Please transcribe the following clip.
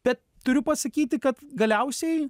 bet turiu pasakyti kad galiausiai